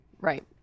Right